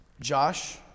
Josh